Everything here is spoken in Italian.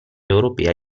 europea